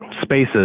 spaces